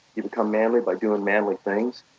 you become manly by doing manly things.